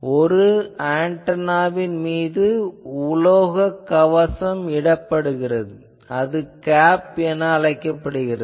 ஒரு ஆன்டெனாவின் மீது உலோகக் கவசம் இடப்படுகிறது அது கேப் என அழைக்கப்படுகிறது